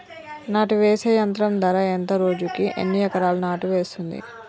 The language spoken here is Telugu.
నాటు వేసే యంత్రం ధర ఎంత రోజుకి ఎన్ని ఎకరాలు నాటు వేస్తుంది?